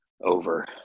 over